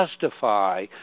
justify